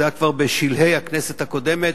זה היה כבר בשלהי הכנסת הקודמת,